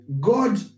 God